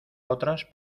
otras